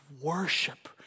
worship